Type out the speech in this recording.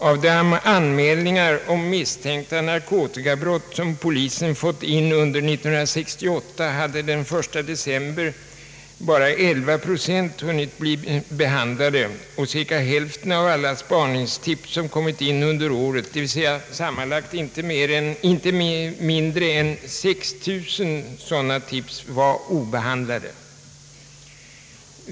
Av anmälningar om misstänkta narkotikabrott som polisen fått in under 1968 hade den 1 december endast 11 procent hunnit bli behandlade och cirka hälften av alla spaningstips som kommit in under året — dvs. sammanlagt inte mindre än 6000 sådana tips — var obehandlade.